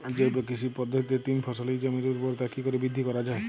জৈব কৃষি পদ্ধতিতে তিন ফসলী জমির ঊর্বরতা কি করে বৃদ্ধি করা য়ায়?